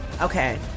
Okay